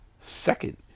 Second